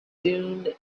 dune